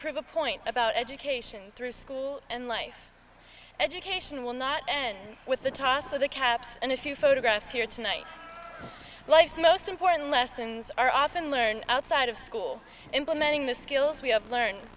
prove a point about education through school and life education will not end with the toss of the caps and a few photographs here tonight life's most important lessons are often learned outside of school implementing the skills we have learned